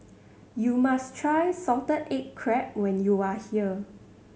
you must try salted egg crab when you are here